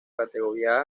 categoría